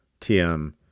TM